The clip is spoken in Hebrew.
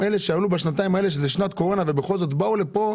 אלה שעלו בשנתיים האלה שהן שנות קורונה ובכל זאת הם באו לכאן.